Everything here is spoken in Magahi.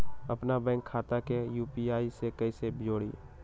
अपना बैंक खाता के यू.पी.आई से कईसे जोड़ी?